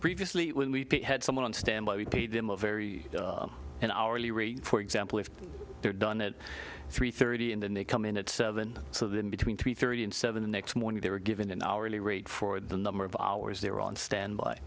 previously when we had someone on standby we paid them a very an hourly rate for example if they're done it three thirty in the neck come in at seven so then between three thirty and seven the next morning they were given an hourly rate for the number of hours they were on standby